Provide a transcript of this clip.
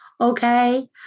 Okay